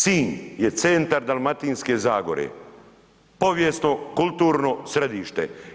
Sinj je centar Dalmatinske zagore, povijesno, kulturno središte.